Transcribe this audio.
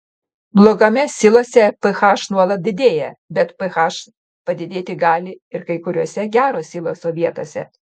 blogame silose ph nuolat didėja bet ph padidėti gali ir kai kuriose gero siloso vietose